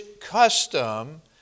custom